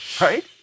Right